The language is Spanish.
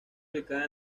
ubicada